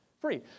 free